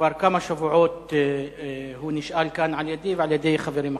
שכבר כמה שבועות נשאל כאן על-ידי ועל-ידי חברים אחרים.